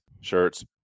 shirts